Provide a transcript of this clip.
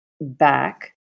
Back